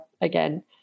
again